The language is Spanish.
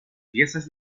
piezas